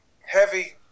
heavy